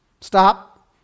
Stop